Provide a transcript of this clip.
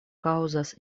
kaŭzas